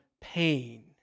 pain